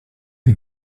die